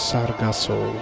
Sargasso